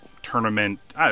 Tournament